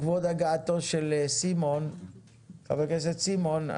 לכבוד הגעתו של חבר הכנסת סימון,